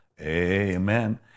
amen